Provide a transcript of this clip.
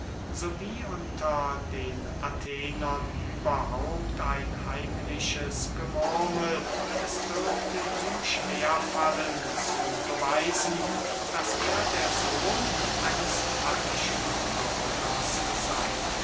wie unter den athenern überhaupt ein heimliches gemurmel es dürfte ihm schwer fallen zu beweisen daß er der sohn eines attischen bürgers sey